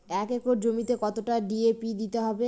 এক একর জমিতে কতটা ডি.এ.পি দিতে হবে?